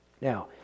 Now